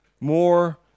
more